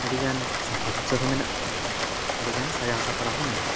ᱟᱹᱰᱤᱜᱟᱱ ᱥᱟᱯᱷᱟᱼᱥᱩᱥᱟᱹᱨ ᱦᱚᱸ ᱢᱮᱱᱟᱜᱼᱟ ᱟᱹᱰᱤᱜᱟᱱ ᱥᱟᱡᱟᱣ ᱥᱟᱯᱲᱟᱣ ᱦᱚᱸ ᱢᱮᱱᱟᱜᱼᱟ